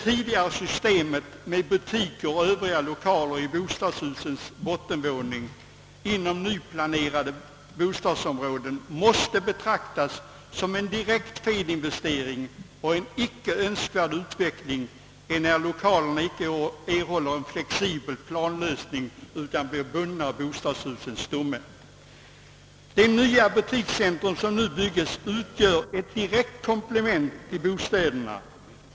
nerade bostadsområden måste betraktas som en direkt felinvestering och en icke önskvärd utveckling, enär lokalerna inte erhåller en flexibel planlösning utan blir bundna av bostadshusens stomme. De nya butikscentra som nu byggs utgör ett direkt komplement till bostäderna.